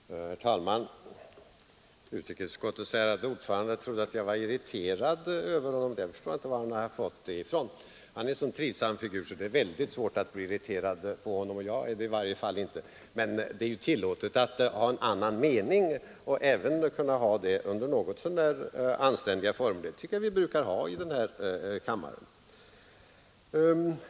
Herr talman! Jag förstår inte vad utrikesutskottets ärade ordförande har fått det ifrån att jag skulle ha varit irriterad över det han sade i debatten. Han är en så trivsam figur att det är mycket svårt att bli irriterad på honom. Jag är det i varje fall inte. Men det är tillåtet att ha en annan mening och även att kunna ha det under något så när anständiga former. Det brukar vi ha i den här kammaren.